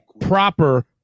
proper